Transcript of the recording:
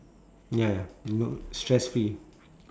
ya ya you wo~ stress free